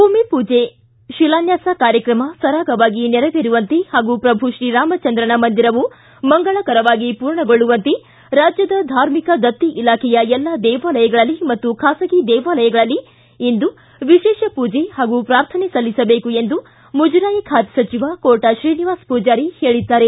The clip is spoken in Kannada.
ಭೂಮಿಪೂಜೆ ಶಿಲಾನ್ನಾಸ ಕಾರ್ಯಕ್ರಮ ಸರಾಗವಾಗಿ ನೆರವೇರುವಂತೆ ಹಾಗೂ ಪ್ರಭು ಶ್ರೀರಾಮಚಂದ್ರನ ಮಂದಿರವು ಮಂಗಳಕರವಾಗಿ ಪೂರ್ಣಗೊಳ್ಳುವಂತೆ ರಾಜ್ದದ ಧಾರ್ಮಿಕ ದಕ್ತಿ ಇಲಾಖೆಯ ಎಲ್ಲಾ ದೇವಾಲಯಗಳಲ್ಲಿ ಮತ್ತು ಖಾಸಗಿ ದೇವಾಲಯಗಳಲ್ಲಿ ಇಂದು ವಿಶೇ ಪೂಜಿ ಹಾಗೂ ಪ್ರಾರ್ಥನೆ ಸಲ್ಲಿಸಬೇಕು ಎಂದು ಮುಜರಾಯಿ ಖಾತೆ ಸಚಿವ ಕೋಟ ಶ್ರೀನಿವಾಸ ಪೂಜಾರಿ ತಿಳಿಸಿದ್ದಾರೆ